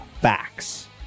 facts